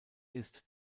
ist